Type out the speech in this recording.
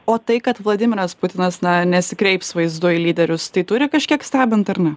o tai kad vladimiras putinas na nesikreips vaizdu į lyderius tai turi kažkiek stebint ar ne